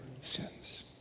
sins